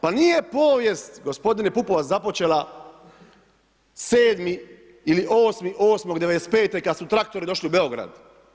Pa nije povijest gospodine Pupovac započela 7. ili 8.8.95. kada su traktori došli u Beograd.